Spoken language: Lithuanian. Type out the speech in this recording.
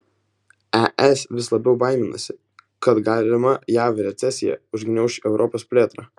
es vis labiau baiminasi kad galima jav recesija užgniauš europos plėtrą